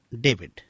David